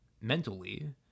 mentally